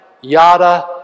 yada